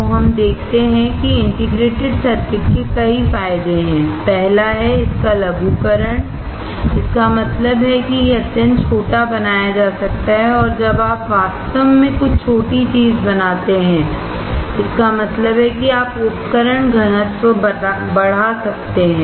तो हम देखते हैं कि इंटीग्रेटेड सर्किट के कई फायदे हैं पहला है इसका लघुकरण इसका मतलब है कि यह अत्यंत छोटा बनाया जा सकता है और जब आप वास्तव में कुछ छोटी चीज बनाते हैंइसका मतलब किआप उपकरण घनत्व बढ़ा सकते हैं